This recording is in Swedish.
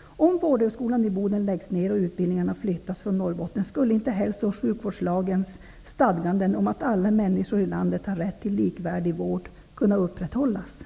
Om Vårdhögskolan i Boden läggs ner och utbildningarna flyttas från Norrbotten, skulle inte hälso och sjukvårdslagens stadganden om att alla människor i landet har rätt till likvärdig vård kunna upprätthållas.